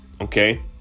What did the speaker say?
okay